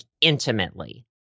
intimately